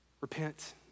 repent